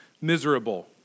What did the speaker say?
miserable